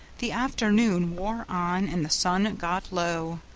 the afternoon wore on, and the sun got low.